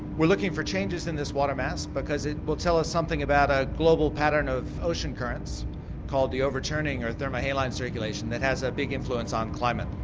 we're looking for changes in this water mass because it will tell us something about a global pattern or ocean currents called the overturning or thermohaline circulation that has a big influence on climate.